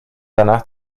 danach